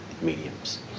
mediums